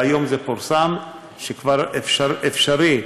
היום פורסם שזה כבר אפשרי.